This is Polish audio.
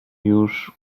już